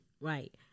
Right